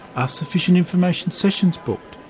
are sufficient information sessions booked?